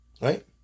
Right